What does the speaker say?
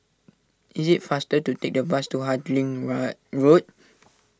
it is faster to take the bus to Harding Road